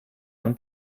von